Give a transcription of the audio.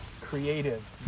creative